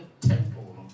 temple